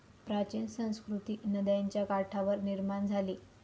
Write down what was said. प्राचीन संस्कृती नद्यांच्या काठावर निर्माण झाली